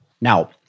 Now